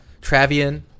Travian